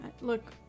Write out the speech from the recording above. look